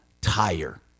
tire